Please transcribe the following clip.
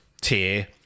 tier